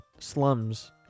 slums